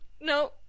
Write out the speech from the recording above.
no